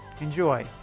Enjoy